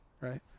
right